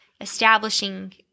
establishing